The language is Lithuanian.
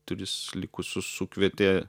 tris likusius sukvietė